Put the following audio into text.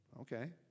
okay